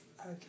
Okay